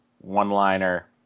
one-liner